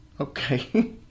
Okay